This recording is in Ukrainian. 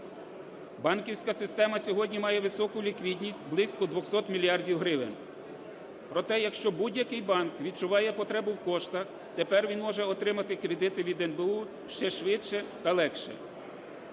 Банківська система сьогодні має високу ліквідність – близько 200 мільярдів гривень. Проте, якщо будь-який банк відчуває потребу в коштах, тепер він може отримати кредити від НБУ ще швидше та легше.